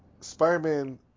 Spider-Man